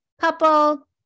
couple